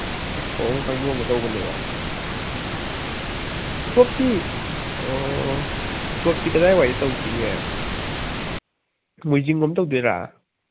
ꯎꯁꯣꯞ ꯇꯧꯕꯅꯦꯕ ꯎꯁꯣꯞꯇꯤ ꯎꯁꯣꯞꯇꯤ ꯀꯗꯥꯏꯋꯥꯏꯗ ꯇꯧꯁꯤꯒꯦ ꯃꯣꯏꯖꯤꯡꯂꯣꯝ ꯇꯧꯗꯣꯏꯔꯥ